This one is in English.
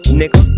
nigga